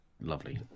lovely